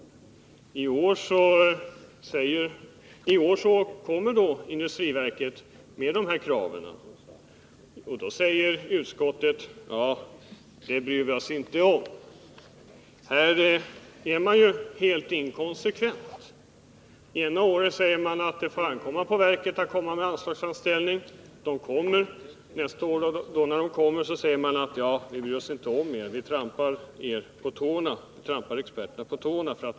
I år kommer industriverket med dessa krav, och då säger utskottet: Ja, det bryr vi oss inte om. Här är man ju helt inkonsekvent. Ena året säger man att det får ankomma på verket att göra anslagsframställning. Verket kommer med en sådan. Nästa år säger man: Vi bryr oss inte om er. Man trampar, för att använda Karl Björzéns uttryck, experterna på tårna.